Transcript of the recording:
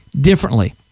differently